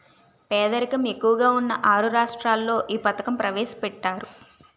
పేదరికం ఎక్కువగా ఉన్న ఆరు రాష్ట్రాల్లో ఈ పథకం ప్రవేశపెట్టారు